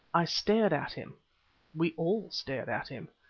i stared at him we all stared at him.